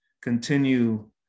continue